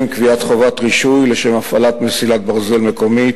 קביעת חובת רישוי לשם הפעלת מסילת ברזל מקומית,